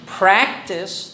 practice